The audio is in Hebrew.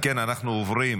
אם כן, אנחנו עוברים,